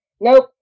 Nope